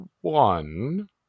one